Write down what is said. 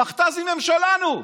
המכת"זים הם שלנו,